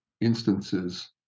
instances